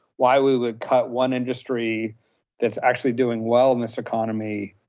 why we would cut one industry that's actually doing well in this economy,